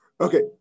Okay